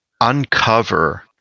uncover